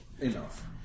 Enough